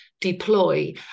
deploy